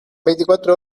veinticuatro